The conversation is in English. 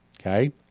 Okay